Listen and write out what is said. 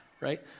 right